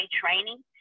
training